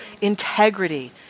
integrity